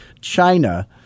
china